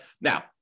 Now